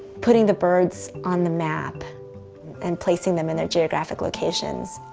putting the birds on the map and placing them in their geographic locations,